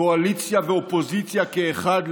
קואליציה ואופוזיציה כאחד,